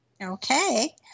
Okay